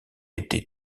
été